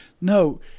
no